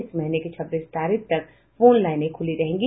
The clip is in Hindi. इस महीने की छब्बीस तारीख तक फोन लाइनें खुली रहेंगी